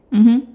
mmhmm